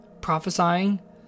prophesying